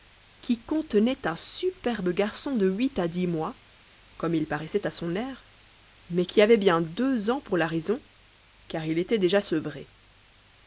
qui contenait un superbe garçon de huit à dix mois comme il pansait à son air mais qui avait bien deux aus pour la raison car il était déjà sevré